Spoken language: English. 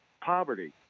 poverty